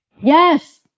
yes